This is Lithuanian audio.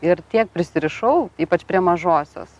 ir tiek prisirišau ypač prie mažosios